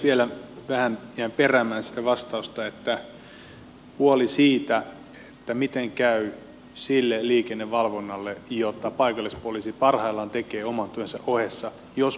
vielä vähän jään peräämään vastausta huoleen siitä miten käy sille liikennevalvonnalle jota paikallispoliisi parhaillaan tekee oman työnsä ohessa jos paikallispoliisiin muodostetaan liikkuvan poliisin yksikkö